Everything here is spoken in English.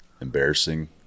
embarrassing